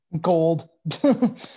Gold